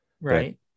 right